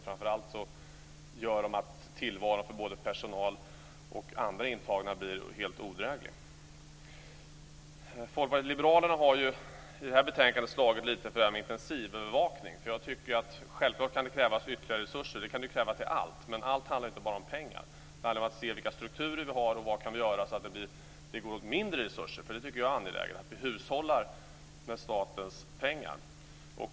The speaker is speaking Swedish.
Framför allt gör de att tillvaron för personal och andra intagna blir helt odräglig. Folkpartiet liberalerna har i detta betänkande slagit lite för intensivövervakning. Självklart kan det krävas ytterligare resurser. Det kan krävas till allt. Men allt handlar inte bara om pengar. Det handlar om att se vilka strukturer vi har och vad vi kan göra för att det ska gå åt mindre resurser. Det är angeläget att vi hushållar med statens pengar.